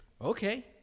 Okay